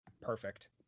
Perfect